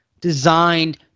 designed